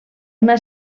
una